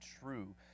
true